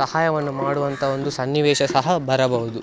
ಸಹಾಯವನ್ನು ಮಾಡುವಂಥ ಒಂದು ಸನ್ನಿವೇಶ ಸಹ ಬರಬಹುದು